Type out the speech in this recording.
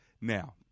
Now